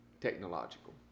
technological